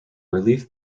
relief